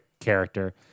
character